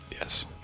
Yes